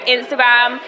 Instagram